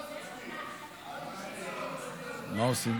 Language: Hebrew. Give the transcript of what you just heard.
מה עושים?